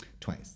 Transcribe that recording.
Twice